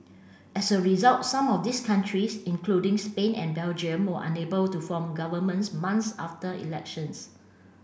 as a result some of these countries including Spain and Belgium were unable to form governments months after elections